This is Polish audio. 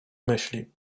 myśli